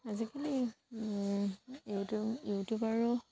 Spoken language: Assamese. আজিকালি ইউটিউব ইউটিউবাৰো